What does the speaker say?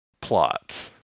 plot